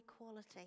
equality